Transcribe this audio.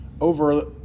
over